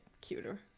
cuter